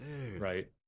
right